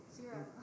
Zero